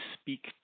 speak